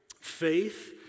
faith